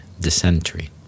dysentery